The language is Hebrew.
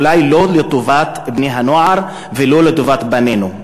אולי לא לטובת בני-הנוער ולא לטובת בנינו.